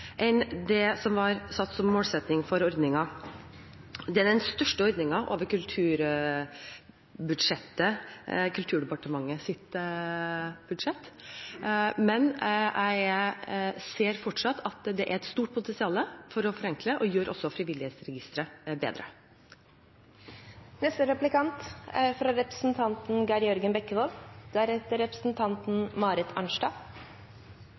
det som var satt som målsetting for ordningen. Det er den største ordningen over Kulturdepartementets budsjett, men jeg ser at det fortsatt er et stort potensial for å forenkle og gjøre også frivillighetsregisteret